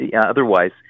otherwise